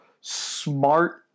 smart